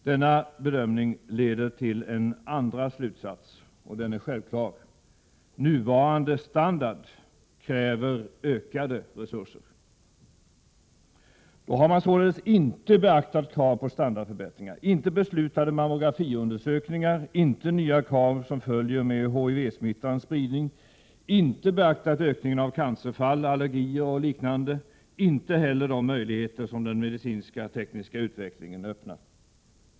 Denna bedömning leder till en andra slutsats, och den är självklar: Redan nuvarande standard kräver ökade resurser! Då har man således inte beaktat krav på standardförbättringar, inte beslutade mammografiundersökningar, inte nya krav som följer med HIV smittans spridning, inte beaktat ökningen av cancerfall, allergier och liknande, inte heller de möjligheter som den medicinsk-tekniska utvecklingen öppnar.